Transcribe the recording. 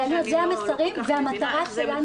ואלה המסרים והמטרה שלנו --- האמת שאני לא כל